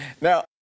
Now